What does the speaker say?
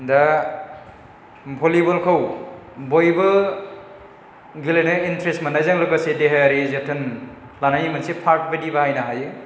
दा भलिबलखौ बयबो गेलेनाय इनट्रेस्ट मोननायजों लोगोसे देहायारि जोथोन लानायनि मोनसे फार्थ बायदि बाहायनो हायो